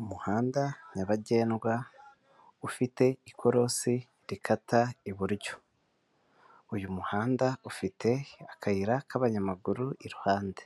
Umuhanda nyabagendwa ufite ikorosi rikata iburyo, uyu muhanda ufite akayira k'abanyamaguru iruhande